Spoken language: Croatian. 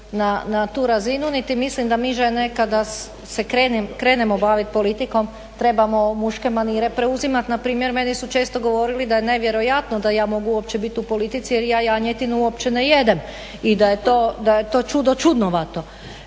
na tu razinu niti mislim da mi žene kada se krenemo baviti politikom trebamo muške manire preuzimati, npr. meni su često govorili da je nevjerojatno da ja mogu uopće biti u politici jer ja janjetinu uopće ne jedem i da je to čudo čudnovato.